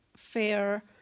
Fair